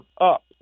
up